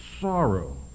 sorrow